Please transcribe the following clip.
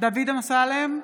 דוד אמסלם,